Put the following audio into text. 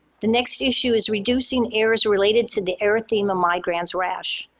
the next issue is reducing errors related to the erythema migrans rash.